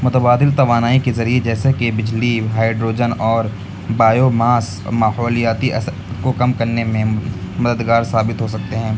متبادل توانائی کے ذریعے جیسے کہ بجلی ہائڈروجن اور بایو ماس ماحولیاتی اثر کو کم کرنے میں مددگار ثابت ہو سکتے ہیں